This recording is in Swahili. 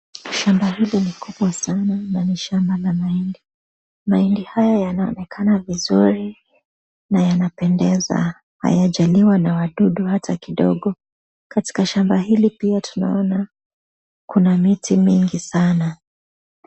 Shamba hili ni kubwa sana, na ni shamba ya mahindi, mahindi haya yanaonekana vizuri na yanapendeza. Hayaja liwa na wadudu hata kidogo, katika shamba hili pia tunaona kuna miti mingi sana.